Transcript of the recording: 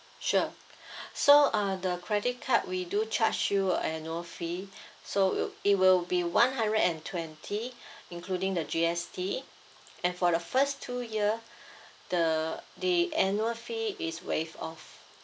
sure so uh the credit card we do charge you annual fee so will it will be one hundred and twenty including the G_S_T and for the first two year the the annual fee is waived off